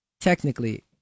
Technically